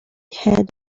had